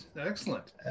excellent